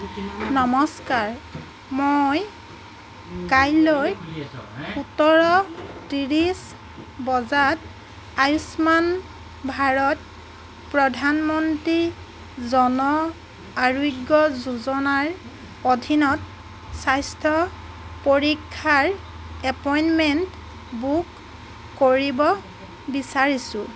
নমস্কাৰ মই কাইলৈ সোতৰ ত্ৰিছ বজাত আয়ুষ্মান ভাৰত প্ৰধানমন্ত্ৰী জন আৰোগ্য যোজনাৰ অধীনত স্বাস্থ্য পৰীক্ষাৰ এপইণ্টমেণ্ট বুক কৰিব বিচাৰিছোঁ